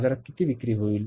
बाजारात किती विक्री होईल